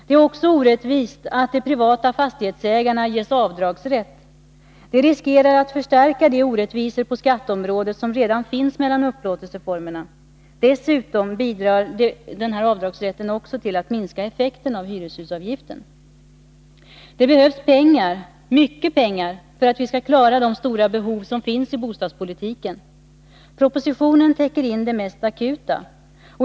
Det är också orättvist att de privata fastighetsägarna ges avdragsrätt. Det riskerar att förstärka de orättvisor på skatteområdet som redan finns mellan upplåtelseformerna. Dessutom bidrar avdragsrätten till att minska effekten av hyreshusavgiften. Det behövs pengar, mycket pengar, för att vi skall klara de stora behov som finns i bostadspolitiken. Propositionen täcker in det mest akuta.